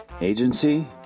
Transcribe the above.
Agency